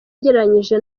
ugereranyije